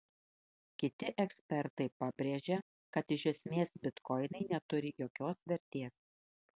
kiti ekspertai pabrėžia kad iš esmės bitkoinai neturi jokios vertės